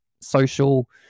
social